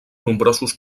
nombrosos